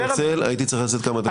מתנצל, הייתי צריך לצאת כמה דקות.